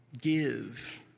Give